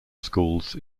schools